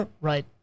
Right